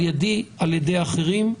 על ידי, ע"י אחרים.